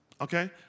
Okay